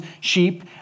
sheep